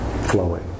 flowing